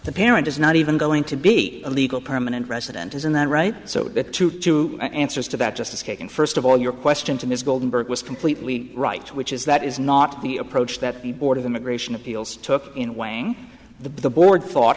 the parent is not even going to be a legal permanent resident isn't that right so that to two answers to that justice kagan first of all your question to ms goldberg was completely right which is that is not the approach that the board of immigration appeals took in weighing the board thought